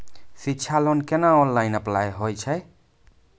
शिक्षा लोन केना online apply होय छै?